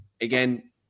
again